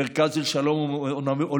מרכז של שלום עולמי.